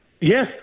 Yes